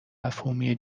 مفهومی